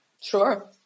Sure